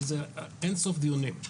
שזה אין-סוף דיונים.